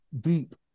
deep